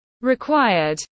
required